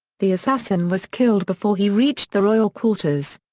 the assassin was killed before he reached the royal quarters.